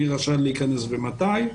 מי רשאי להיכנס ומתי.